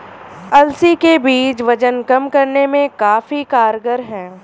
अलसी के बीज वजन कम करने में काफी कारगर है